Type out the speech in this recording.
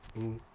mmhmm